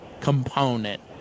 component